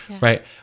right